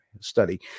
study